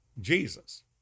Jesus